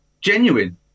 genuine